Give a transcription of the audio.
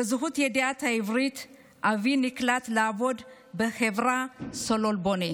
בזכות ידיעת העברית אבי נקלט לעבוד בחברת "סולל בונה",